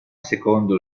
secondo